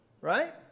Right